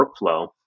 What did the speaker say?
workflow